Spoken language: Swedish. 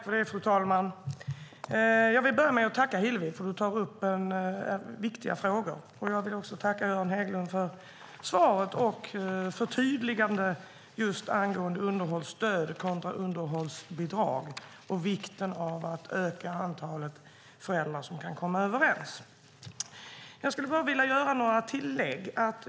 Fru talman! Jag vill börja med att tacka Hillevi Larsson för att hon tar upp viktiga frågor. Jag vill också tacka Göran Hägglund för svaret och förtydligandet angående underhållsstöd kontra underhållsbidrag och vikten av att öka antalet föräldrar som kan komma överens. Jag skulle bara vilja göra några tillägg.